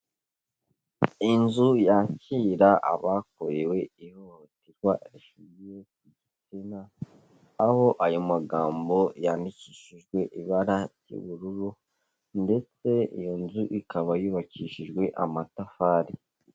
Inzu yakira abakorewe ihohoterwa rishingiye ku gitsina, aho ayo magambo yandikishijwe ibara ry'ubururu ndetse iyo nzu ikaba yubakishijwe amatafari.